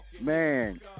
Man